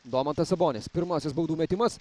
domantas sabonis pirmasis baudų metimas